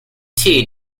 tea